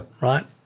right